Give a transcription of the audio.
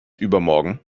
übermorgen